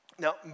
Now